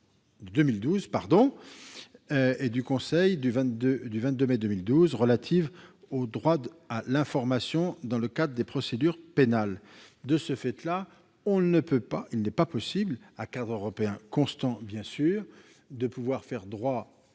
et du Conseil du 22 mai 2012 relative au droit à l'information dans le cadre des procédures pénales. De ce fait, il n'est pas possible, à cadre européen constant, de faire droit